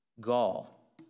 gall